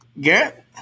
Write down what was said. Garrett